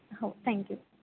हो थँक्यू